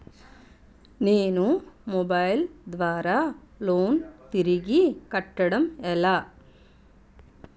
నేను మొబైల్ ద్వారా లోన్ తిరిగి కట్టడం ఎలా?